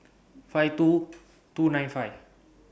five two two nine five